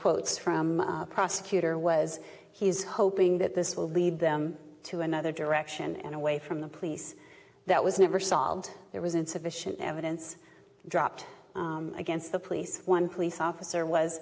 quotes from prosecutor was he's hoping that this will lead them to another direction and away from in the police that was never solved there was insufficient evidence dropped against the police one police officer was